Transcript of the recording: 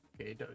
Okay